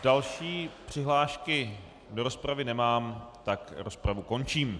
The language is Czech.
Další přihlášky do rozpravy nemám, tak rozpravu končím.